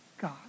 God